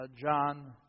John